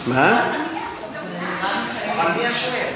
מי השואל?